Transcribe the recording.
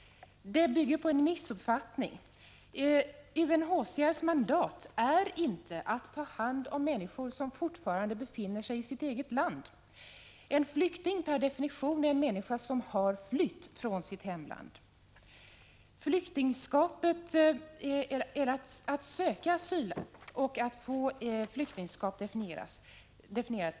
Det bygger på en missuppfattning. UNHCR:s mandat är inte att ta hand om människor som fortfarande befinner sig i sitt eget land. En flykting är enligt defintionen en människa som har flytt från sitt hemland, och flyktingskapet definieras genom att flyktingen söker asyl.